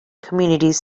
communities